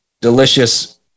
delicious